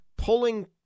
Pulling